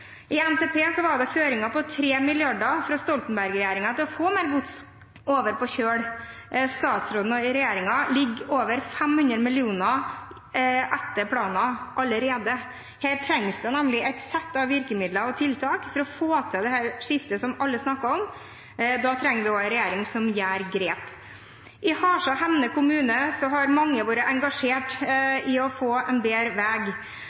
I NTP var det føringer på 3 mrd. kr fra Stoltenberg-regjeringen for å få mer gods over på kjøl. Statsråden og regjeringen ligger over 500 mill. kr etter planen allerede. Her trengs det nemlig et sett av virkemidler og tiltak for å få til det skiftet som alle snakker om. Da trenger vi også en regjering som tar grep. I Halsa og Hemne kommuner har mange vært engasjert i å få en bedre